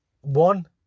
one